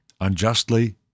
unjustly